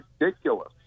ridiculous